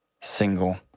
single